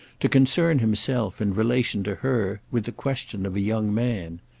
to concern himself, in relation to her, with the question of a young man.